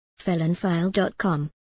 FelonFile.com